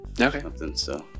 Okay